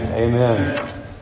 Amen